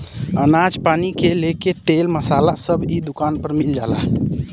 अनाज पानी से लेके तेल मसाला सब इ दुकान पर मिल जाला